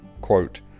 quote